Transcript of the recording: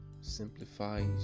simplifies